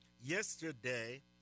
Yesterday